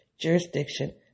jurisdiction